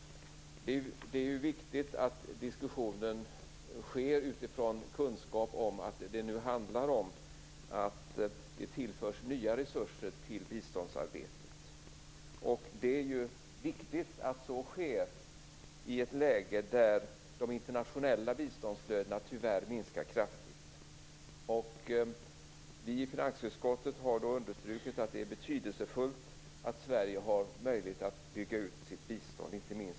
Det är alltså viktigt att diskussionen förs utifrån kunskap om att det handlar om att nya resurser tillförs biståndsarbetet. Det är viktigt att så sker i ett läge där de internationella biståndsflödena tyvärr minskar kraftigt. Finansutskottet har understrukit att det inte minst i det sammanhanget är betydelsefullt att Sverige har möjlighet att bygga ut sitt bistånd.